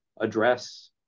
address